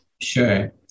Sure